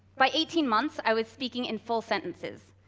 by eighteen months, i was speaking in full sentences.